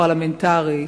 פרלמנטרית,